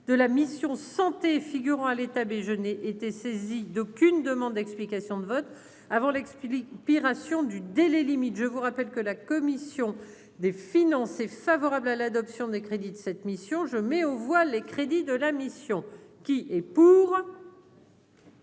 de la mission Santé figurant à l'état B je n'ai été saisi d'aucune demande d'explication de vote avant l'explique pis ration du délai limite je vous rappelle que la commission des finances, est favorable à l'adoption des crédits de cette mission je mets aux voix les crédits de la mission qui est pour.